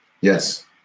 Yes